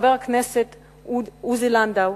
חבר הכנסת עוזי לנדאו,